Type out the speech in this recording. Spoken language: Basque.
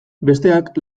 besteak